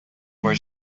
where